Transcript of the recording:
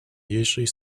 usually